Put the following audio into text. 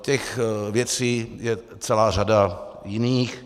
Těch věcí je celá řada jiných.